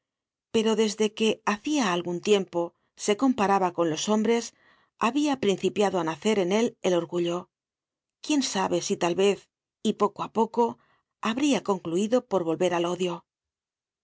pero desde que hacia algun tiempo se comparaba con los hombres habia principiado á nacer en él el orgullo quién sabe si tal vez y poco á poco habría concluido por volver al odio